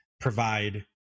provide